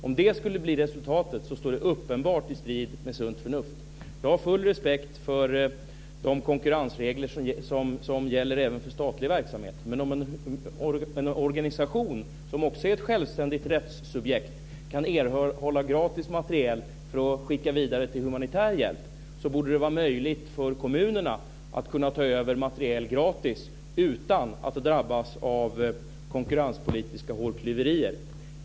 Om det skulle bli resultatet, står det uppenbart i strid med sunt förnuft. Jag har full respekt för de konkurrensregler som gäller även för statlig verksamhet. Men om en organisation som också är ett självständigt rättssubjekt kan erhålla gratis materiel för att skicka vidare till humanitär hjälp, borde det vara möjligt för kommunerna att ta över materiel gratis utan att drabbas av konkurrenspolitiska hårklyverier.